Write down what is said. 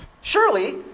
Surely